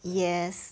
yes